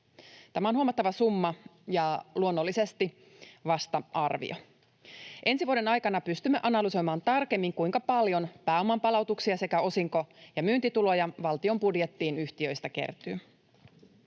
Tämä on huomattava summa ja luonnollisesti vasta arvio. Ensi vuoden aikana pystymme analysoimaan tarkemmin, kuinka paljon pääomanpalautuksia sekä osinko- ja myyntituloja valtion budjettiin yhtiöistä kertyy.